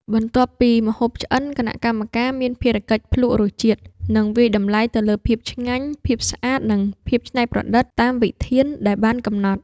បន្ទាប់ពីម្ហូបឆ្អិន គណៈកម្មការមានភារកិច្ចភ្លក្សរសជាតិ និងវាយតម្លៃទៅលើភាពឆ្ងាញ់ ភាពស្អាត និងភាពច្នៃប្រឌិតតាមវិធានដែលបានកំណត់។